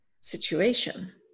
situation